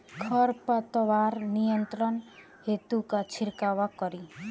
खर पतवार नियंत्रण हेतु का छिड़काव करी?